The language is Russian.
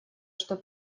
что